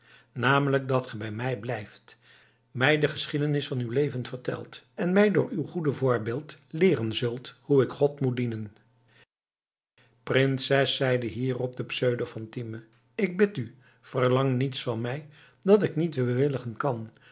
namelijk dat ge bij mij blijft mij de geschiedenis van uw leven vertelt en mij door uw goede voorbeeld leeren zult hoe ik god moet dienen prinses zei hierop de pseudo fatime ik bid u verlang niets van mij dat ik niet bewilligen kan